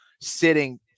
sitting